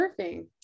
surfing